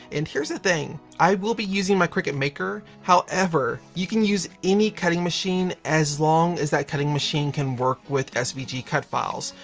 and here's the thing, i will be using my cricut maker however, you can use any cutting machine as long as that cutting machine can work with svg cut files.